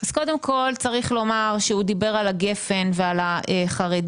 אז קודם כל צריך לומר שהוא דיבר על הגפן ועל החרדים,